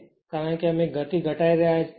કારણ કે અમે ગતિ ઘટાડી રહ્યા છીએ